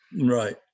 right